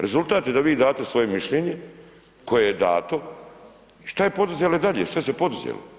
Rezultat je da vi date svoje mišljenje, koje je dato, i što je poduzelo i dalje, što se poduzelo?